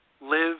Live